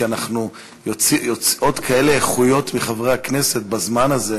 כי יוצאות כאלה איכויות מחברי הכנסת בזמן הזה,